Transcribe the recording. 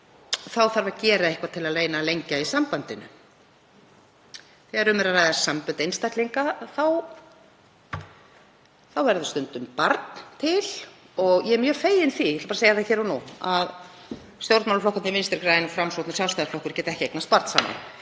þá þarf að gera eitthvað til að lengja í sambandinu. Þegar um er að ræða sambönd einstaklinga þá verður stundum barn til og ég er mjög fegin því, ég ætla bara að segja það hér og nú, að stjórnmálaflokkarnir Vinstri græn og Framsókn og Sjálfstæðisflokkur geta ekki eignast barn saman.